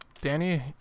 Danny